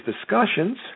discussions